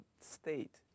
state